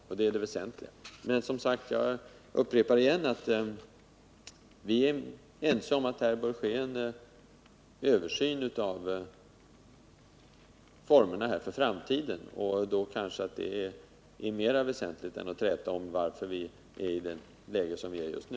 Jag upprepar än en gång att vi är ense om att det bör ske en översyn av formerna för framtiden. Det är kanske ändå mera väsentligt än att träta om varför vi befinner oss i det läge som råder just nu.